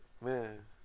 Man